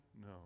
no